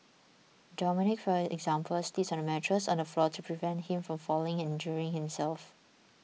Dominic for example sleeps on a mattress on the floor to prevent him from falling and injuring himself